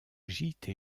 gîtes